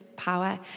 power